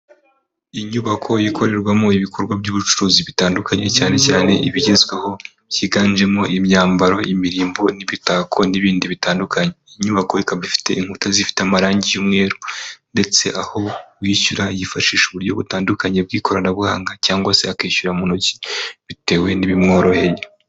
Inyubako ikorerwamo ibikorwa by'ubucuruzi bitandukanye cyane cyane ibigezweho byiganjemo imyambaro, imirimbo n'imitako n'ibindi bitandukanye. Inyubako ikaba ifite inkuta zifite amarangi y'umweru ndetse aho uwishyura yifashisha uburyo butandukanye bw'ikoranabuhanga cyangwa se akishyura mu ntoki bitewe n'ibimworoheye.